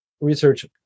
research